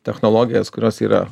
technologijas kurios yra